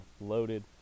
loaded